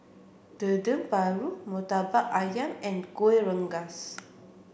Dendeng Paru Murtabak Ayam and Gueh Rengas